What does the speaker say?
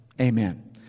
Amen